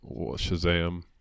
Shazam